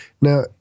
Now